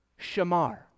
shamar